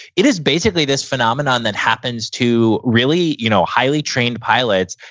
it is basically this phenomenon that happens to really you know highly trained pilots.